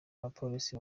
abapolisi